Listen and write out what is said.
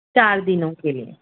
چار دِنوں کے لیے